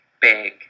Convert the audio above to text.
big